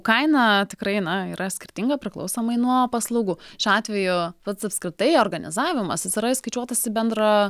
kaina tikrai na yra skirtinga priklausomai nuo paslaugų šiuo atveju pats apskritai organizavimas jis yra įskaičiuotas į bendrą